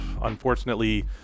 Unfortunately